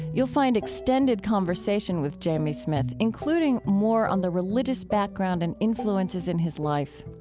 you'll find extended conversation with jamie smith, including more on the religious background and influences in his life.